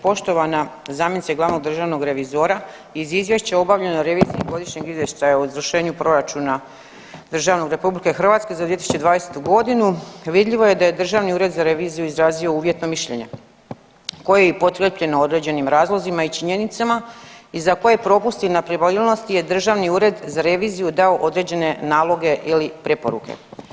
Poštovana zamjenice glavnog državnog revizora, iz izvješća o obavljenoj reviziji godišnjeg izvještaja o izvršenju proračuna državnog RH za 2020.g. vidljivo je da je Državni ured za reviziju izrazio uvjetno mišljenje koje je i potvrđeno određenim razlozima i činjenicama i za koje je propusti i nepravilnosti je Državni ured za reviziju dao određene naloge ili preporuke.